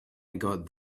got